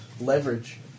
Leverage